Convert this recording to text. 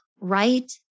right